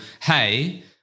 hey